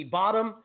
bottom